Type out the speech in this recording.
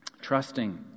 Trusting